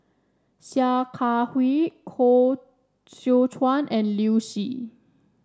Sia Kah Hui Koh Seow Chuan and Liu Si